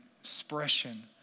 expression